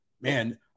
man